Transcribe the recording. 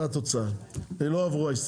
הצבעה בעד 4. נגד 7. לא עברו.